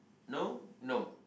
no no